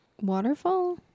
waterfall